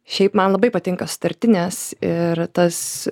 šiaip man labai patinka sutartinės ir tas